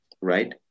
right